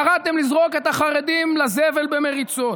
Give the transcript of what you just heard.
קראתם לזרוק את החרדים לזבל במריצות.